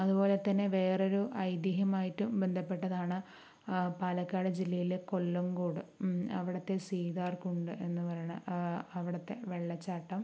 അതുപോലെ തന്നെ വേറൊരു ഐതിഹ്യമായിട്ട് ബന്ധപ്പെട്ടതാണ് പാലക്കാട് ജില്ലയിലെ കൊല്ലംകോട് അവിടത്തെ സീതാർകുണ്ട് എന്നു പറയണ അവിടത്തെ വെള്ളച്ചാട്ടം